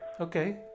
Okay